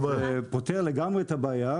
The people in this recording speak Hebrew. זה פותר את הבעיה לגמרי.